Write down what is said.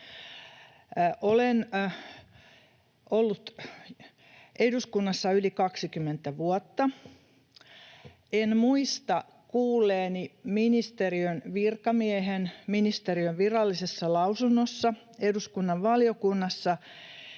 Olen ollut eduskunnassa yli 20 vuotta. En muista kuulleeni ministeriön virkamiehen ministeriön virallisessa lausunnossa eduskunnan valiokunnassa